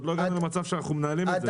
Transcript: עוד לא הגענו למצב שאנחנו מנהלים את זה.